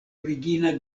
origina